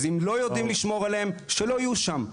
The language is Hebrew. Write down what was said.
אז אם לא יודעים לשמור עליהם, שלא יהיו שם.